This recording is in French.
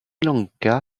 lanka